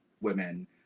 women